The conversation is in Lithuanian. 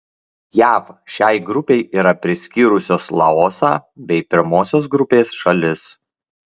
jav šiai grupei yra priskyrusios laosą bei pirmosios grupės šalis